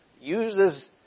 uses